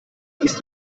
ist